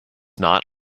not